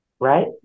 right